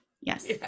yes